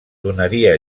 donaria